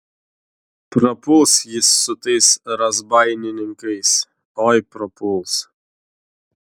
prapuls jis su tais razbaininkais oi prapuls